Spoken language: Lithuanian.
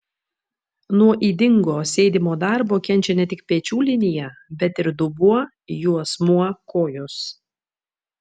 nuo ydingo sėdimo darbo kenčia ne tik pečių linija bet ir dubuo juosmuo kojos